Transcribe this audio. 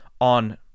on